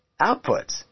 outputs